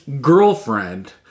girlfriend